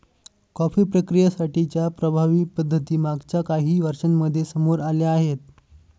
coffee प्रक्रियेसाठी च्या प्रभावी पद्धती मागच्या काही वर्षांमध्ये समोर आल्या आहेत